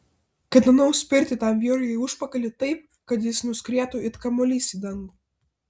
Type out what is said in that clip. ketinau spirti tam vyrui į užpakalį taip kad jis nuskrietų it kamuolys į dangų